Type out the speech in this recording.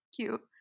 cute